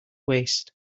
waste